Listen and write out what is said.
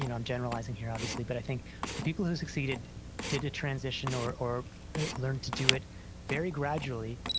you know i'm generalizing here obviously, but i think the people who succeeded did a transition or or learned to do it very gradually,